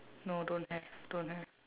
no don't have don't have